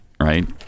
right